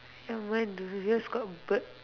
ya mine is yours got bird